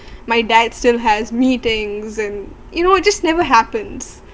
my dad's still has meetings and you know it just never happens